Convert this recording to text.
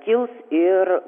kils ir